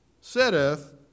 sitteth